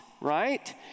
right